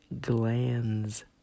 glands